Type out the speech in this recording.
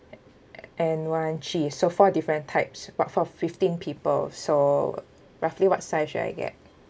and one cheese so four different types but for fifteen people so roughly what size should I get